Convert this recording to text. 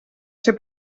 ser